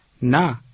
Na